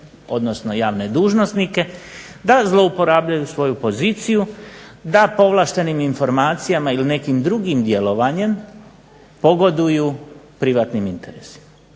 odnosno javne dužnosnike da zlouporabljuju svoju poziciju, da povlaštenim informacijama ili nekim drugim djelovanjem pogoduju privatnim interesima.